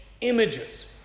images